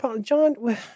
john